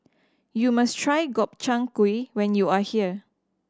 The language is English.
you must try Gobchang Gui when you are here